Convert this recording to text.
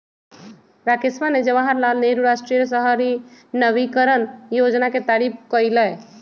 राकेशवा ने जवाहर लाल नेहरू राष्ट्रीय शहरी नवीकरण योजना के तारीफ कईलय